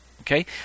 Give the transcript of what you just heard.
okay